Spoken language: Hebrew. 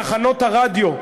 תחנות הרדיו,